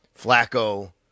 Flacco